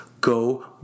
go